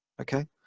okay